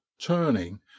turning